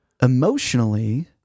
emotionally